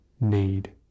need